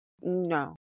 no